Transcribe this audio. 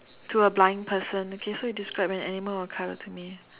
to a blind person okay so you describe an animal or a colour to me